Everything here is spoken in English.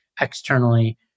externally